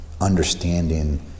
Understanding